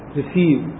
receive